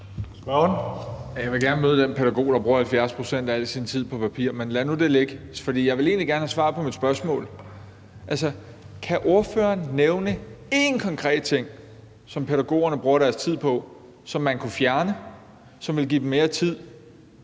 Jeg vil gerne møde den pædagog, der bruger 70 pct. af al sin tid på papir. Men lad nu det ligge. For jeg vil egentlig gerne have svar på mit spørgsmål: Kan ordføreren nævne én konkret ting, som pædagogerne bruger deres tid på, som man kunne fjerne, og som ville give dem mere tid